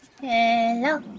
Hello